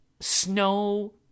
snow